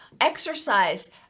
exercise